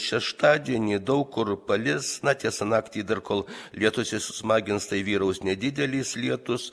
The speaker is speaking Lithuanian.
šeštadienį daug kur palis na tiesa naktį dar kol lietus įsismagins tai vyraus nedidelis lietus